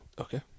Okay